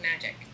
magic